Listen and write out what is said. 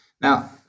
Now